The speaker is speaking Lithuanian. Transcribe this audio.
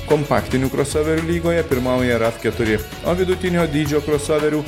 kompaktinių krosoverių lygoje pirmauja rav keturi o vidutinio dydžio krosoverių